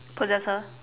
possess her